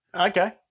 okay